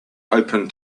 open